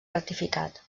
ratificat